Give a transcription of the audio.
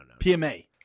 PMA